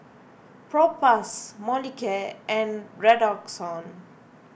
Propass Molicare and Redoxon